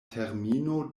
termino